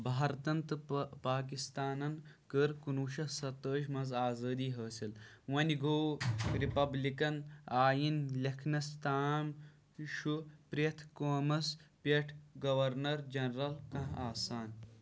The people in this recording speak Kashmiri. بھارتن تہٕ پٲ پاکستانن کٔر کُنہٕ وُہ شیٚتھ سَتھ تٲجۍ منٛز آزٲدی حٲصل وۅنہِ گوٚو ریپبلکن آیین لیکھنس تام چھُ پرٛٮ۪تھ قومس پٮ۪ٹھ گورنر جنرل کانٛہہ آسان